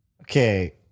Okay